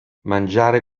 mangiare